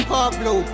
Pablo